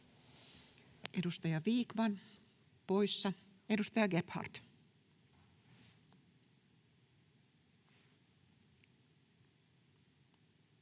Edustaja Vikman poissa. — Edustaja Gebhard.